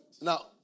Now